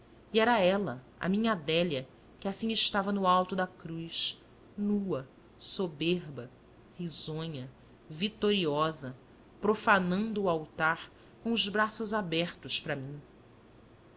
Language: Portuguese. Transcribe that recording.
e era ela a minha adélia que assim estava no alto da cruz nua soberba risonha vitoriosa profanando o altar com os braços abertos para mim